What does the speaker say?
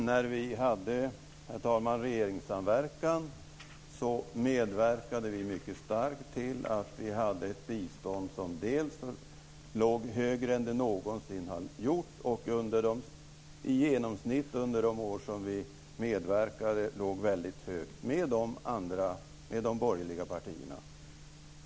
Herr talman! När vi hade regeringssamverkan medverkade vi mycket starkt till att vi hade ett bistånd som dels låg högre än det någonsin har gjort och i genomsnitt under de år som vi medverkade låg väldigt högt, och detta gjordes tillsammans med de andra borgerliga partierna.